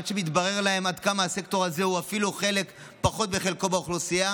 עד שהתברר להם עד כמה הסקטור הזה הוא אפילו חלק פחות מחלקו באוכלוסייה.